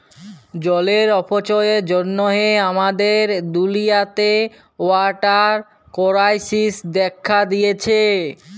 জলের অপচয়ের জ্যনহে আমাদের দুলিয়াতে ওয়াটার কেরাইসিস্ দ্যাখা দিঁয়েছে